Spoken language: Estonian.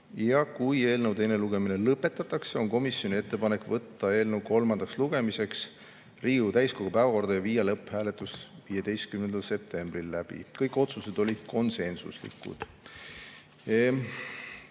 Ja kui eelnõu teine lugemine lõpetatakse, on komisjoni ettepanek võtta eelnõu kolmandaks lugemiseks Riigikogu täiskogu päevakorda ja viia läbi lõpphääletus 15. septembril. Kõik otsused olid konsensuslikud.